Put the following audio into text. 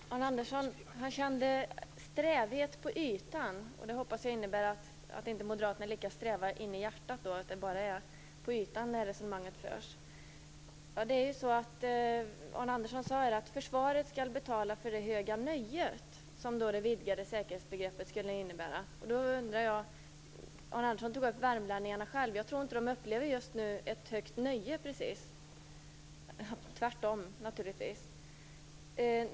Herr talman! Arne Andersson kände strävhet på ytan. Jag hoppas att det innebär att Moderaterna inte är lika sträva inne i hjärtat utan att det bara är på ytan det här resonemanget förs. Arne Andersson sade att försvaret skall betala för det höga nöje som det vidgade säkerhetsbegreppet skulle innebära. Han tog också upp värmlänningarna. Jag tror inte precis att de just nu upplever något högt nöje - tvärtom, naturligtvis.